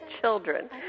children